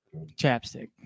Chapstick